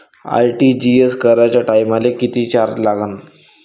RTGS कराच्या टायमाले किती चार्ज लागन?